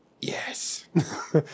Yes